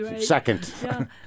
second